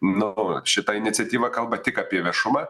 nu o šita iniciatyva kalba tik apie viešumą